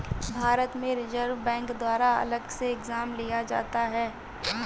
भारत में Reserve Bank द्वारा अलग से एग्जाम लिया जाता है